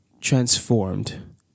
transformed